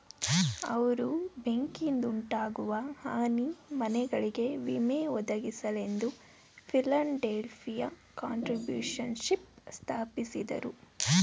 ಅವ್ರು ಬೆಂಕಿಯಿಂದಉಂಟಾಗುವ ಹಾನಿ ಮನೆಗಳಿಗೆ ವಿಮೆ ಒದಗಿಸಲೆಂದು ಫಿಲಡೆಲ್ಫಿಯ ಕಾಂಟ್ರಿಬ್ಯೂಶನ್ಶಿಪ್ ಸ್ಥಾಪಿಸಿದ್ರು